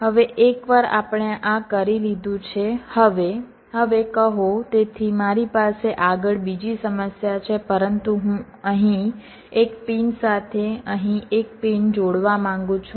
હવે એકવાર આપણે આ કરી લીધું છે હવે હવે કહો તેથી મારી પાસે આગળ બીજી સમસ્યા છે પરંતુ હું અહીં એક પિન સાથે અહીં એક પિન જોડવા માંગુ છું